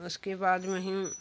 उसके बाद में ही